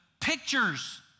pictures